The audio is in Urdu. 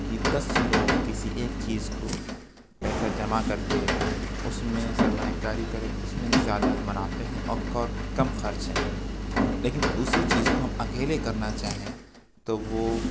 کہ دس لوگ کسی ایک چیز کو جمع کر کے اس میں سرمایہ کاری کریں تو اس میں زیادہ منافعے ہیں اور کم خرچ ہیں لیکن اسی چیز کو ہم اکیلے کرنا چاہیں تو وہ